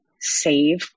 save